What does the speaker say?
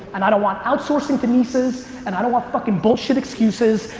and i don't want outsourcing to nieces, and i don't want fucking bullshit excuses.